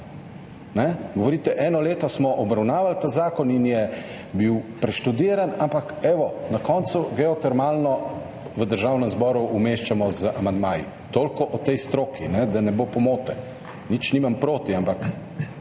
Govorite, da ste eno leto obravnavali ta zakon in je bil preštudiran, ampak evo, na koncu geotermalno energijo v Državnem zboru umeščamo z amandmaji. Toliko o tej stroki, da ne bo pomote. Nič nimam proti, ampak